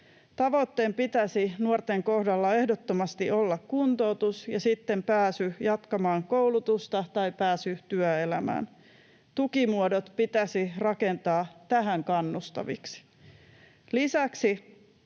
Tavoitteen pitäisi nuorten kohdalla ehdottomasti olla kuntoutus ja sitten pääsy jatkamaan koulutusta tai pääsy työelämään. Tukimuodot pitäisi rakentaa tähän kannustaviksi. Lisäksi